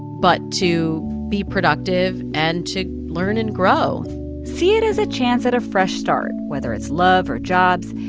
but to be productive and to learn and grow see it as a chance at a fresh start. whether it's love or jobs,